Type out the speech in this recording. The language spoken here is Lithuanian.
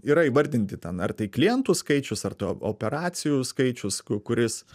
yra įvardinti ten ar tai klientų skaičius ar tai operacijų skaičius kuris